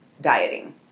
dieting